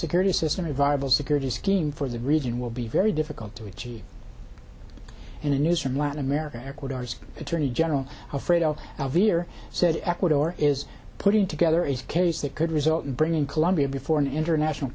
security system a viable security scheme for the region will be very difficult to achieve and the news from latin america ecuador's attorney general afraid of year said ecuador is putting together is case that could result in bringing colombia before an international